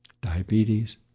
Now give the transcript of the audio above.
diabetes